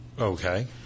Okay